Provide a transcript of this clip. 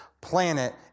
planet